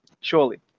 Surely